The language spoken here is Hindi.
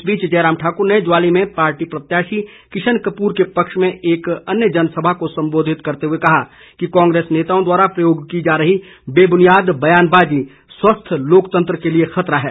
इस बीच जयराम ठाक्र ने ज्वाली में पार्टी प्रत्याशी किशन कपूर के पक्ष में एक अन्य जनसभा को सम्बोधित करते हुए कहा कि कांग्रेस नेताओं द्वारा प्रयोग की जा रही बेबुनियाद बयानबाजी स्वस्थ्य लोकतंत्र के लिए खतरा है